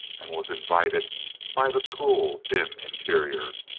and was invited by the cool, dim interior.